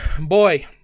boy